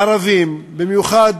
ערבים, במיוחד